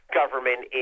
government